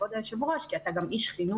כבוד היושב-ראש, כי אתה גם איש חינוך,